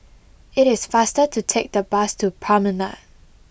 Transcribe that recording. it is faster to take the bus to Promenade